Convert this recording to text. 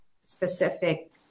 specific